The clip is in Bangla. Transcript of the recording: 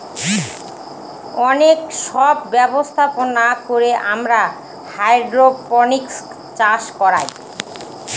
অনেক সব ব্যবস্থাপনা করে আমরা হাইড্রোপনিক্স চাষ করায়